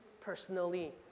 personally